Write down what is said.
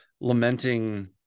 lamenting